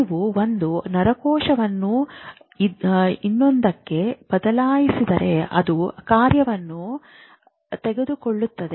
ನೀವು ಒಂದು ನರಕೋಶವನ್ನು ಇನ್ನೊಂದಕ್ಕೆ ಬದಲಾಯಿಸಿದರೆ ಅದು ಕಾರ್ಯವನ್ನು ತೆಗೆದುಕೊಳ್ಳುತ್ತದೆ